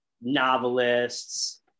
Novelists